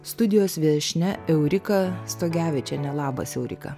studijos viešnia eurika stogevičiene labas eurika